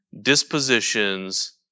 dispositions